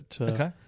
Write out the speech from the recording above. Okay